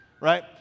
right